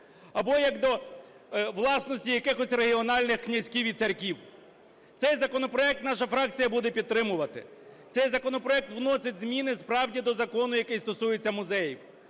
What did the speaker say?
або як до власності якихось регіональних князьків і царьків. Цей законопроект наша фракція буде підтримувати. Цей законопроект вносить зміни справді до закону, який стосується музеїв.